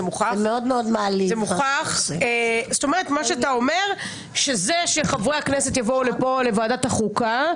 זה מוכח - מה שאתה אומר שזה שחברי הכנסת יבואו לכאן לוועדת החוקה,